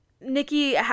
Nikki